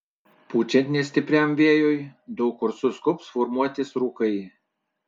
pučiant nestipriam vėjui daug kur suskubs formuotis rūkai